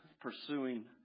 pursuing